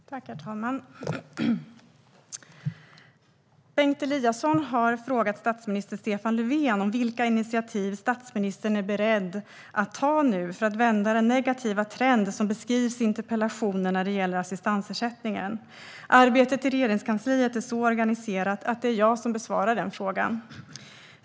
Herr talman! Bengt Eliasson har frågat statsminister Stefan Löfven om vilka initiativ statsministern är beredd att ta nu för att vända den negativa trend som beskrivs i interpellationen när det gäller assistansersättningen. Arbetet i Regeringskansliet är så organiserat att det är jag som besvarar den frågan.